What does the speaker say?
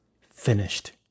finished